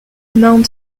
mount